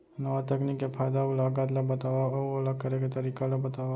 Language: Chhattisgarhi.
नवा तकनीक के फायदा अऊ लागत ला बतावव अऊ ओला करे के तरीका ला बतावव?